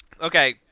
okay